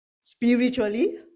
spiritually